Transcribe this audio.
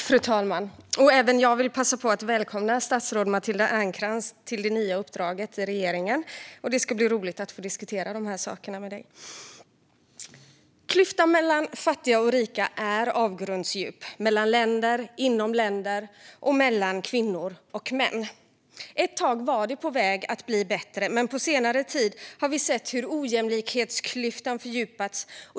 Fru talman! Även jag vill passa på att välkomna statsrådet Matilda Ernkrans till det nya uppdraget i regeringen. Det ska bli roligt att få diskutera de här sakerna med henne. Klyftan mellan fattiga och rika är avgrundsdjup. Det gäller mellan länder, inom länder och mellan kvinnor och män. Ett tag var det på väg att bli bättre, men på senare tid har vi sett hur ojämlikhetsklyftan fördjupats.